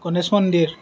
গণেশমন্দিৰ